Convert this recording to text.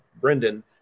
Brendan